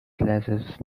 slashes